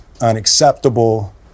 unacceptable